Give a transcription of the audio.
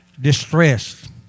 distressed